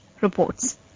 reports